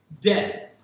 death